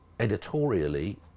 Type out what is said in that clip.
Editorially